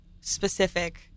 specific